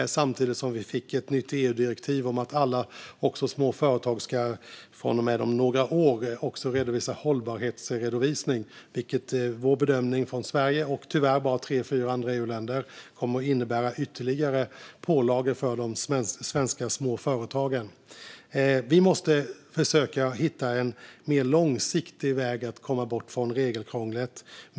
Samtidigt fick vi fick ett nytt EU-direktiv om att alla, också små företag, från och med om några år ska göra en hållbarhetsredovisning. Sveriges bedömning, och tyvärr bara tre fyra andra EU-länders, är att det kommer att innebära ytterligare pålagor för de svenska små företagen. Vi måste försöka hitta en mer långsiktig väg att komma bort från regelkrånglet.